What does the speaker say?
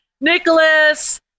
Nicholas